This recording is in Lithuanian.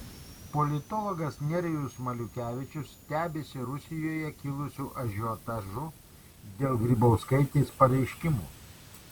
politologas nerijus maliukevičius stebisi rusijoje kilusiu ažiotažu dėl grybauskaitės pareiškimų